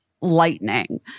lightning